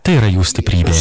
tai yra jų stiprybė